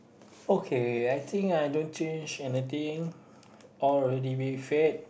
okay I think don't change anything all already we've had